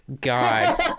god